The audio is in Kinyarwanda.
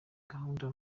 gahunda